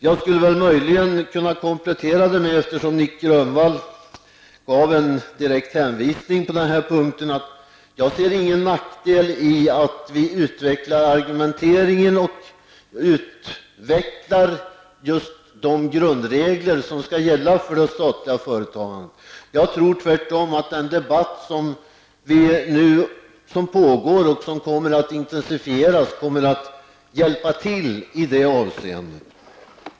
Eftersom Nic Grönvall gjorde en direkt hänvisning på den här punkten skulle jag möjligen kunna komplettera det med att säga att jag inte ser någon nackdel i att vi utvecklar argumenteringen och utvecklar de grundregler som skall gälla för det statliga företagandet. Jag tror tvärtom att den debatt som pågår och som kommer att intensifieras kommer att hjälpa till i det avseendet.